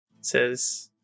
Says